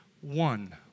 one